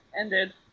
ended